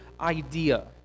idea